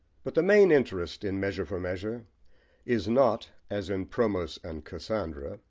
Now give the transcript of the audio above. but the main interest in measure for measure is not, as in promos and cassandra,